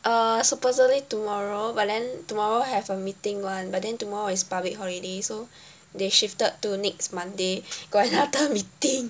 uh supposedly tomorrow but then tomorrow have a meeting [one] but then tomorrow is public holiday so they shifted to next Monday 怪那个 meeting